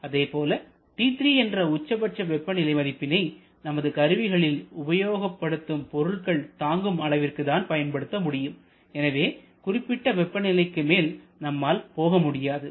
அதேபோல T3 என்ற உச்சபட்ச வெப்பநிலை மதிப்பினை நமது கருவிகளில் உபயோகப்படுத்தும் பொருட்கள் தாங்கும் அளவிற்கு தான் பயன்படுத்த முடியும் எனவே குறிப்பிட்ட வெப்பநிலைக்கு மேல் நம்மால் போக முடியாது